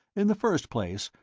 in the first place,